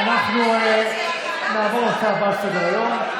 אנחנו נעבור להצעה הבאה בסדר-היום,